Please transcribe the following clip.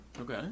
Okay